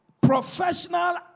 professional